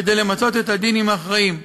כדי למצות את הדין עם האחראים.